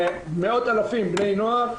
מאות אלפי בני נוער,